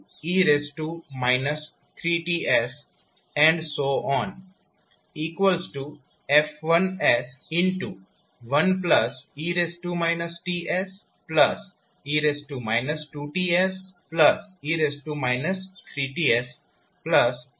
F1 1e Tse 2Tse 3Ts